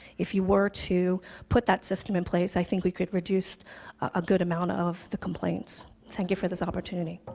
if you were to put that system in place, i think we could reduce a good amount of the complaints. thank you for this opportunity.